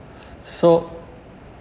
so